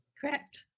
Correct